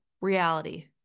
reality